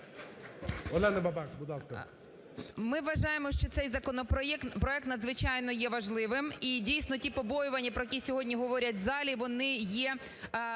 Олена Бабак, будь ласка.